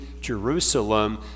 Jerusalem